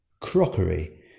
crockery